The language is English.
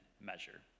measure